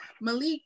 Malik